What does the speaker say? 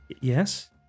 Yes